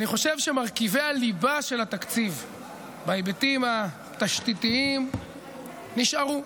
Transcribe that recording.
אני חושב שמרכיבי הליבה של התקציב בהיבטים התשתיתיים נשארו,